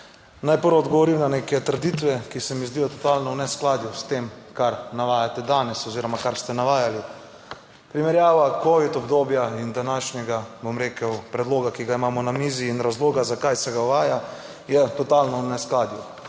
Naj prvo odgovorim na neke trditve, ki se mi zdijo totalno v neskladju s tem, kar navajate danes oziroma kar ste navajali. Primerjava Covid obdobja in današnjega, bom rekel, predloga, ki ga imamo na mizi in razloga, zakaj se ga uvaja, je totalno v neskladju.